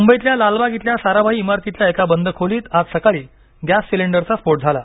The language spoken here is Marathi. मुंबईतल्या लालबाग इथल्या साराभाई इमारतीतल्या एका बंद खोलीत आज सकाळी गॅस सिलेंडरचा स्फोट झाला